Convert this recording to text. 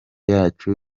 yacu